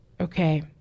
Okay